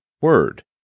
word